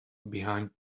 behind